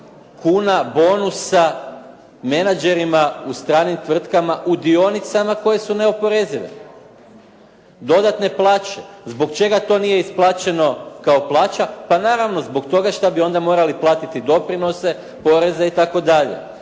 kuna bonusa menadžerima u stranim tvrtkama u dionicama koje su neoporezive. Dodatne plaće. Zbog čega to nije isplaćeno kao plaća? Pa naravno zbog toga što bi onda morali platiti doprinose, poreze itd.